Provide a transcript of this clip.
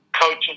coaching